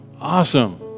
Awesome